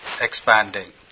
expanding